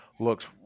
looks